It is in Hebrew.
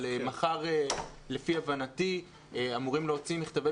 אבל מחר לפי הבנתי אמורים להוציא מכתבי